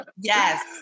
Yes